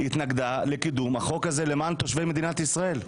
היא התנגדה לקידום החוק הזה למען תושבי מדינת ישראל,